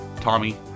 Tommy